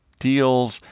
deals